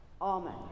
Amen